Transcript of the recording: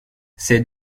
ces